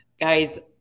guys